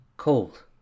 Cold